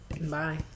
bye